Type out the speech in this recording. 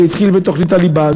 זה התחיל בתוכנית הליבה,